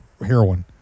heroin